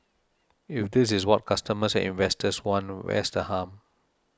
if this is what customers and investors want where's the harm